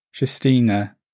Justina